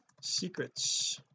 secrets